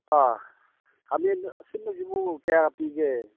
ꯑꯥ ꯈꯥꯃꯦꯟ ꯑꯁꯤꯟꯕꯁꯤꯕꯨ ꯀꯌꯥ ꯄꯤꯒꯦ